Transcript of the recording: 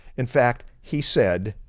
in fact, he said